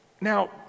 now